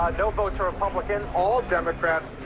ah no votes from republicans. all democrats,